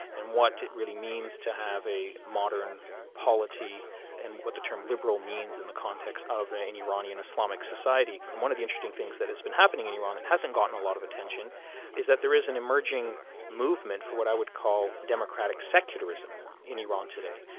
and what it really means to have a modern polity and what the term liberal means in the context of an iranian islamic society. and one of the interesting things that has been happening in iran that hasn't got a lot of attention is that there is an emerging movement for what i would call democratic secularism in iran today,